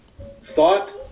Thought